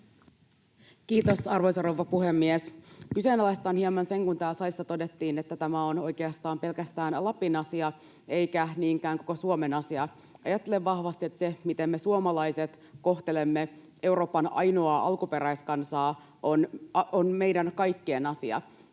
Kiitos, arvoisa rouva puhemies! Kyseenalaistan hieman sen, kun täällä salissa todettiin, että tämä on oikeastaan pelkästään Lapin asia eikä niinkään koko Suomen asia. Ajattelen vahvasti, että se, miten me suomalaiset kohtelemme Euroopan ainoaa alkuperäiskansaa, on meidän kaikkien asia.